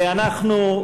ואנחנו,